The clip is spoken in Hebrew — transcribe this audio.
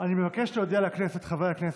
חברי הכנסת,